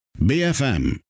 bfm